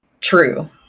True